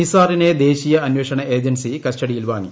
നിസാറിനെ ദേശീയ അന്വേഷണ ഏജൻസി കസ്റ്റഡിയിൽ വാങ്ങി